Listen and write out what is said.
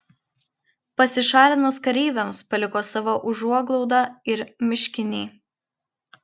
pasišalinus kareiviams paliko savo užuoglaudą ir miškiniai